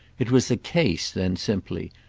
it was a case then simply,